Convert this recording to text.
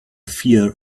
fear